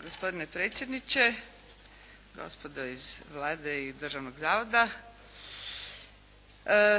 Gospodine predsjedniče, gospodo iz Vlade i Državnog zavoda.